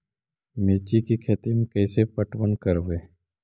मिर्ची के खेति में कैसे पटवन करवय?